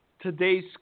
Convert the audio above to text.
today's